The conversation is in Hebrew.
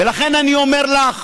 ולכן, אני אומר לך,